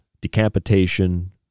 decapitation